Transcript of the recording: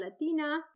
Latina